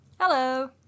Hello